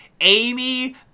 Amy